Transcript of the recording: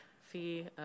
fee